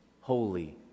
Holy